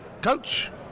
Coach